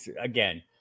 again